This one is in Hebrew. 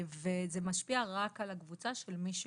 זה משפיע רק על הקבוצה של מי שעובדת,